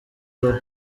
uruhu